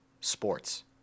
Sports